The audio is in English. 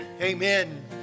amen